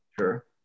Sure